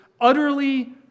utterly